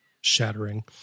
shattering